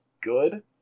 good